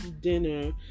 dinner